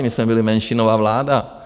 My jsme byli menšinová vláda.